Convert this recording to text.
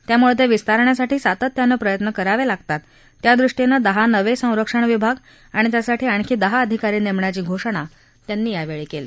त्यामुळे ते विस्तारण्यासाठी सातत्यानं प्रयत्न करावे लागतात त्यादृष्टीनं दहा नवे संरक्षण विभाग आणि त्यासाठी आणखी दहा अधिकारी नेमण्याची घोषणा त्यांनी यावेळी केली